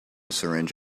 syringe